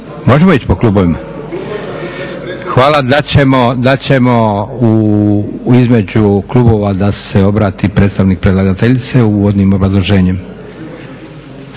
možemo ići po klubovima. Hvala, dat ćemo između klubova da se obrati predstavnik predlagateljice uvodnim obrazloženjem.